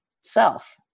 self